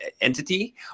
entity